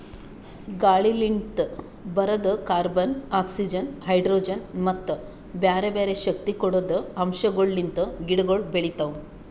ಗಾಳಿಲಿಂತ್ ಬರದ್ carbon, oxygen, hydrogen ಮತ್ತ ಬ್ಯಾರೆ ಬ್ಯಾರೆ ಶಕ್ತಿ ಕೊಡದ್ ಅಂಶಗೊಳ್ ಲಿಂತ್ ಗಿಡಗೊಳ್ ಬೆಳಿತಾವ್